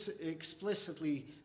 explicitly